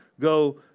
go